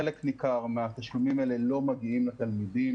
חלק ניכר מהתשלומים האלה לא מגיעים לתלמידים